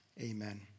Amen